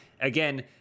again